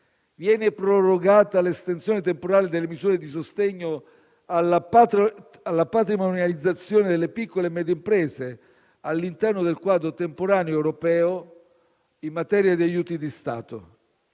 viene prorogata l'estensione temporale delle misure di sostegno alla patrimonializzazione delle piccole e medie imprese all'interno del quadro temporaneo europeo in materia di aiuti di Stato.